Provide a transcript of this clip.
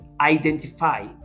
identify